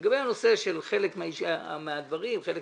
אמרתי, כאן